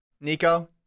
Nico